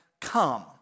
come